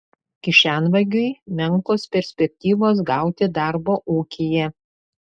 kišenvagiui menkos perspektyvos gauti darbo ūkyje